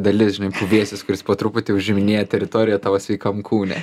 dalis žinai puvėsis kuris po truputį užiminėja teritoriją tavo sveikam kūne